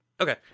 okay